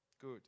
Good